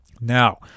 Now